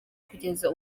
kugeza